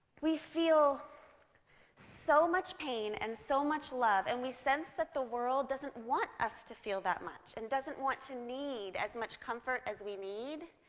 we feel so much pain and so much love, and we sense that the world doesn't want us to feel that much, and doesn't want to need as much comfort as we need,